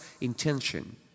intention